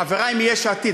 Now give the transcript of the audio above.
חברי מיש עתיד,